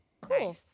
Cool